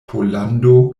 pollando